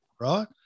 right